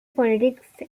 politics